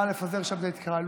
נא לפזר שם את ההתקהלות.